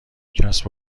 کسب